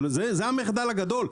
זה המחדל הגדול.